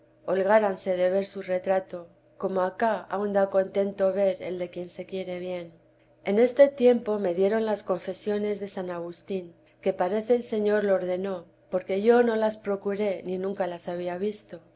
holgáranse de ver su retrato como acá aún da contento ver el de quien se quiere bien en este tiempo me dieron las confesiones de san agustín que parece el señor lo ordenó porque yo no las procuré ni nunca las había visto